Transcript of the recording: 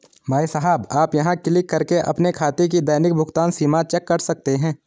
भाई साहब आप यहाँ क्लिक करके अपने खाते की दैनिक भुगतान सीमा चेक कर सकते हैं